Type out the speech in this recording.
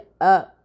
up